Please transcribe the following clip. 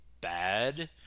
bad